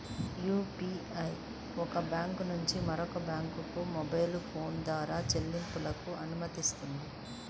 UPI ఒక bank నుంచి మరొక బ్యాంకుకు మొబైల్ ఫోన్ ద్వారా చెల్లింపులకు అనుమతినిస్తుంది